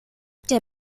der